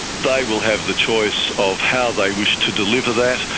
they will have the choice of how they wish to deliver that,